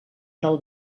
del